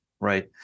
right